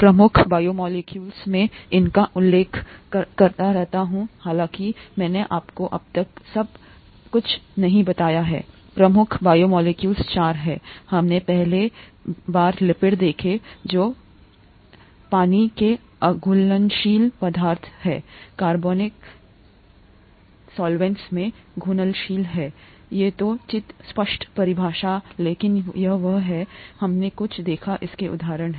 प्रमुख बायोमोलेकुलस मैं इसका उल्लेख करता रहता हूं हालांकि मैंने आपको अब तक सब कुछ नहीं बताया है प्रमुख बायोमोलेक्यूल्स चार हैं हमने पहली बार लिपिड देखे जो पानी के अघुलनशील पदार्थ हैं कार्बनिक सॉल्वैंट्स में घुलनशील हैं यथोचित अस्पष्ट परिभाषा लेकिन यह वही है हमने कुछ देखा इसके उदाहरण हैं